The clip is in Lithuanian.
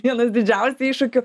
vienas didžiausių iššūkių